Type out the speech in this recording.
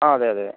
ആ അതെ അതെ